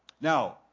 Now